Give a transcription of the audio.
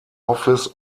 office